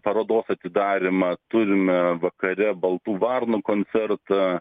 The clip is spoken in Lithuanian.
parodos atidarymą turime vakare baltų varnų koncertą